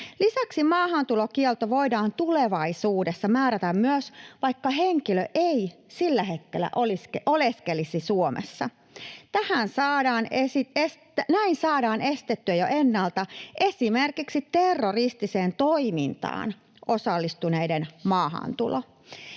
Lisäksi maahantulokielto voidaan tulevaisuudessa määrätä myös, vaikka henkilö ei juuri sillä hetkellä oleskelisi Suomessa. Näin saadaan estettyä jo ennalta esimerkiksi terroristiseen toimintaan osallistuneiden maahantulo.